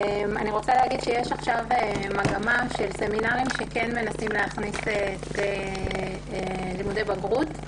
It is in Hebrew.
יש עכשיו מגמה של סמינרים שכן מנסים להכניס לימודי בגרות,